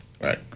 Right